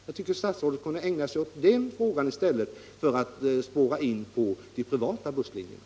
Jag tycker att statsrådet kunde ägna sig åt den frågan i stället för att spåra in på spörsmålet om de privata busslinjerna.